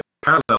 parallel